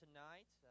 Tonight